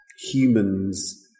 humans